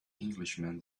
englishman